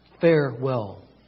Farewell